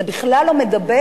זה בכלל לא מדבר